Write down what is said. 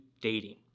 dating